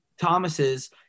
Thomas's